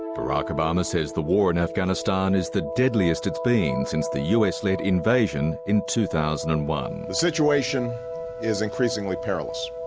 barack obama says the war in afghanistan is the deadliest it's been since the us-led invasion in two thousand and one. the situation is increasingly perilous.